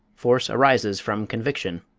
force arises from conviction.